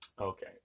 okay